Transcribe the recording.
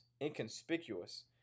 inconspicuous